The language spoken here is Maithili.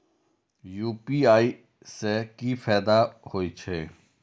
यू.पी.आई से की फायदा हो छे?